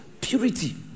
purity